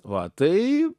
va tai